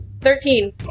Thirteen